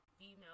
female